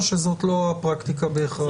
או שזאת לא הפרקטיקה בהכרח?